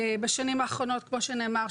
בשנים האחרונות כמו שנאמר,